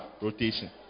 rotation